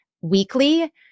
weekly